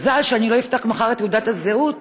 מזל שאני לא אפתח מחר את תעודת הזהות